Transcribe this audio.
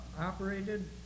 operated